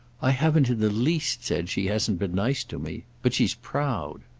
i haven't in the least said she hasn't been nice to me. but she's proud.